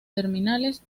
terminales